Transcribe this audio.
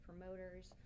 promoters